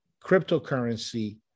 Cryptocurrency